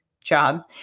jobs